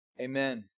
Amen